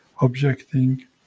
objecting